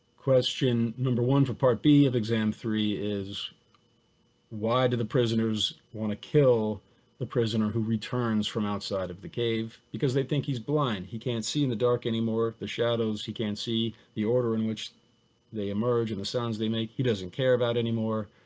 question number one for part b of exam three is why do the prisoners want to kill the prisoner who returns from outside of the cave? because they think he's blind. he can't see in the dark anymore. the shadows he can't see the order in which they emerge in the sounds they make. he doesn't care about anymore.